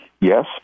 yes